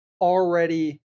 already